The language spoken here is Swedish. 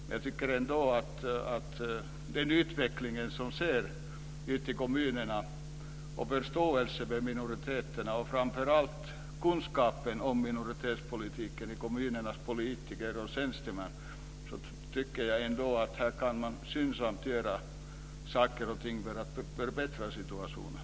Jag tycker trots allt att utvecklingen i kommunerna vad gäller förståelsen för och framför allt kunskaperna om minoritetspolitiken bland kommunernas politiker och tjänstemän är sådan att skyndsamma åtgärder bör vidtas för att förbättra situationen.